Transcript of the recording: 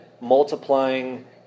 multiplying